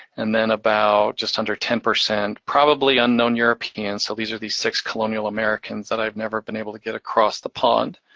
and then about just under ten, probably unknown european, so these are the six colonial americans that i've never been able to get across the pond.